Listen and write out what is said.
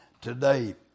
today